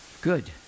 Good